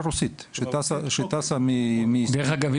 דרך אגב,